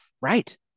Right